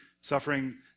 suffering